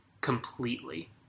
completely